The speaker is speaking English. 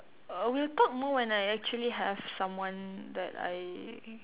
we'll talk more when I actually have someone that I